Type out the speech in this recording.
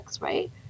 Right